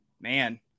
man